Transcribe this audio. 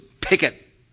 picket